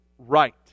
right